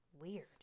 Weird